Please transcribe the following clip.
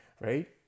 right